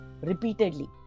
repeatedly